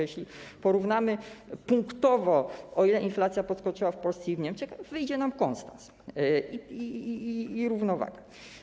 Jeśli porównamy punktowo, o ile inflacja podskoczyła w Polsce i w Niemczech, wyjdzie nam constans i równowaga.